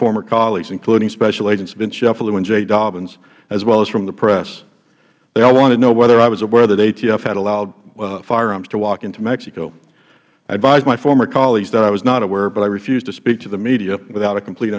former colleagues including special agents vince cefalu and jay dobyns as well as from the press they all wanted to know whether i was aware that atf had allowed firearms to walk into mexico i advised my former colleagues that i was not aware but i refused to speak to the media without a complete